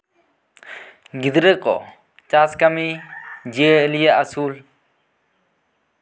ᱜᱤᱫᱽᱨᱟᱹ ᱠᱚ ᱪᱟᱥ ᱠᱟᱹᱢᱤ ᱡᱤᱭᱟᱹᱞᱤ ᱟᱥᱩᱞ